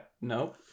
No